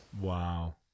wow